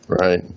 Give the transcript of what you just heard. Right